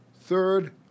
Third